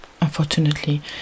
Unfortunately